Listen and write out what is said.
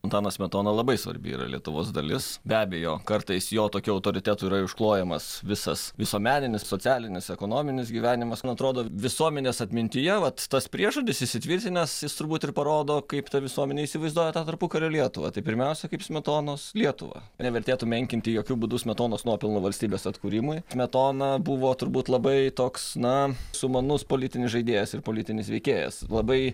antanas smetona labai svarbi yra lietuvos dalis be abejo kartais jo tokiu autoritetu yra užklojamas visas visuomeninis socialinis ekonominis gyvenimas man atrodo visuomenės atmintyje vat tas priežodis įsitvirtinęs jis turbūt ir parodo kaip ta visuomenė įsivaizduoja tą tarpukario lietuvą tai pirmiausia kaip smetonos lietuvą nevertėtų menkinti jokiu būdu smetonos nuopelnų valstybės atkūrimui smetona buvo turbūt labai toks na sumanus politinis žaidėjas ir politinis veikėjas labai